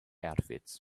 outfits